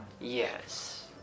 Yes